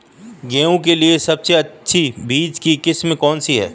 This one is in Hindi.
गेहूँ के लिए सबसे अच्छी बीज की किस्म कौनसी है?